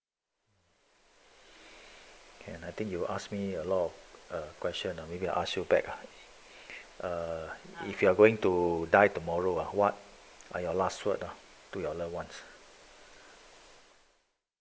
can I think you will ask me a lot of a question or maybe I ask you back ah err if you are going to die tomorrow ah what are your last word lah to your loved ones